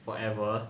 forever